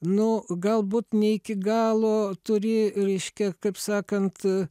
nu galbūt ne iki galo turi reiškia kaip sakant